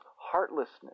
heartlessness